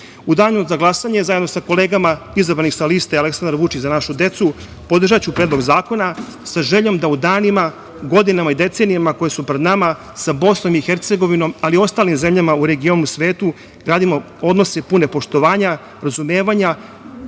danu za glasanje, zajedno sa kolegama izabranih sa liste Aleksandar Vučić – Za našu decu, podržaću Predlog zakona sa željom da u danima, godinama i decenijama koje su pred nama sa BiH, ali i ostalim zemljama u regionu i svetu gradimo odnose pune poštovanja, razumevanja